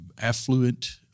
affluent